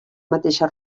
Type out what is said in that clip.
mateixa